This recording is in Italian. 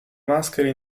maschere